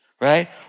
right